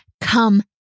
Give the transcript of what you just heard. come